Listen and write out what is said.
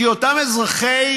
כי אותם אזרחי